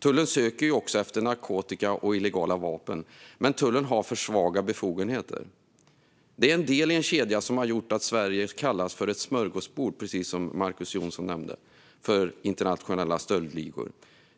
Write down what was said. Tullen söker också efter narkotika och illegala vapen. Men man har för svaga befogenheter. Detta är en del i en kedja som gjort att Sverige kallats för ett "smörgåsbord", precis som Marcus Jonsson nämnde, för internationella stöldligor.